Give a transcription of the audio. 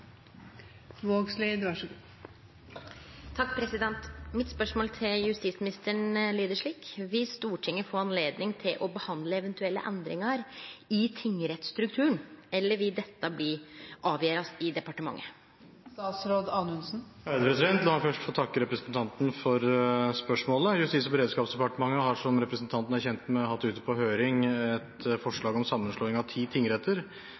Mitt spørsmål til justisministeren lyder slik: «Vil Stortinget få anledning til å behandle eventuelle endringer i tingrettsstrukturen, eller vil dette avgjøres i departementet?» La meg først få takke representanten for spørsmålet. Justis- og beredskapsdepartementet har, som representanten er kjent med, hatt ute på høring et forslag om sammenslåing av ti tingretter.